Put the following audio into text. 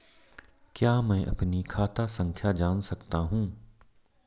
क्या मैं अपनी खाता संख्या जान सकता हूँ?